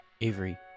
Avery